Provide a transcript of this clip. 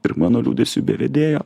ir mano liūdesiu be vedėjo